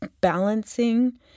balancing